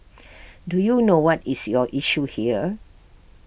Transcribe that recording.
do you know what is your issue here